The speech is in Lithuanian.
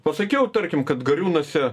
pasakiau tarkim kad gariūnuose